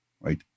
right